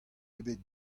ebet